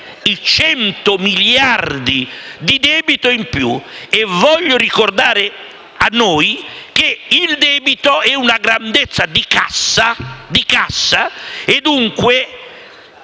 i 100 miliardi di debito in più. Voglio ricordare a noi stessi che il debito è una grandezza di cassa e, dunque,